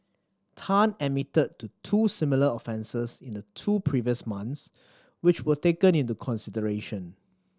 Tan admitted to two similar offences in the two previous months which were taken into consideration